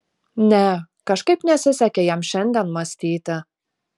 ne kažkaip nesisekė jam šiandien mąstyti